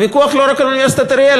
הוויכוח הוא לא רק על אוניברסיטת אריאל,